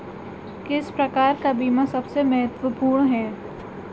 किस प्रकार का बीमा सबसे महत्वपूर्ण है?